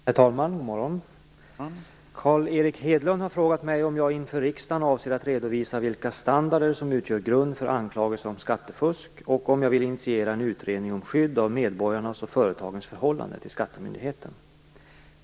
Herr talman! Godmorgon! Carl Erik Hedlund har fråga migt om jag inför riksdagen avser att redovisa vilka standarder som utgör grund för anklagelse om skattefusk och om jag vill initiera en utredning om skydd av medborgarnas och företagens förhållande till skattemyndigheten.